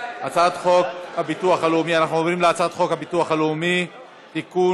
אנחנו עוברים להצעת חוק הביטוח הלאומי (תיקון,